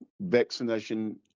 vaccination